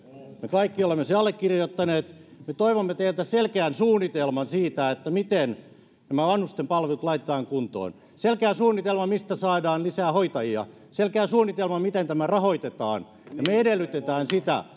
kaikki olemme sen allekirjoittaneet me toivomme teiltä selkeän suunnitelman siitä miten nämä vanhustenpalvelut laitetaan kuntoon selkeä suunnitelma mistä saadaan lisää hoitajia selkeä suunnitelma miten tämä rahoitetaan ja me edellytämme